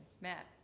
Matt